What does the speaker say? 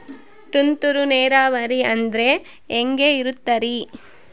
ತುಂತುರು ನೇರಾವರಿ ಅಂದ್ರೆ ಹೆಂಗೆ ಇರುತ್ತರಿ?